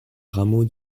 rameau